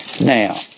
Now